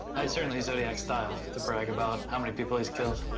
certainly zodiac's style, to brag about how many people he's killed.